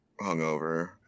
hungover